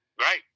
Right